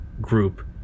group